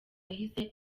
yahise